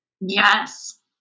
Yes